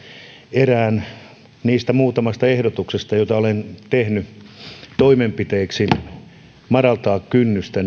erään niistä muutamasta ehdotuksesta joita olen tehnyt toimenpiteiksi madaltaa kynnystä